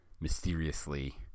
mysteriously